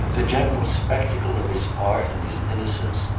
the general spectacle of his art and his innocence,